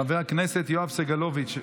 חבר הכנסת יואב סגלוביץ'.